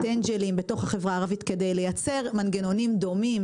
אנג'לים בתוך החברה הערבית כדי לייצר מנגנונים דומים